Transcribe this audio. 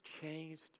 changed